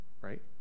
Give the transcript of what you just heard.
right